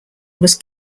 was